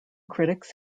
critics